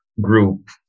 group